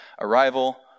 arrival